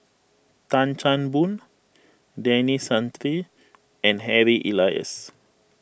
Tan Chan Boon Denis Santry and Harry Elias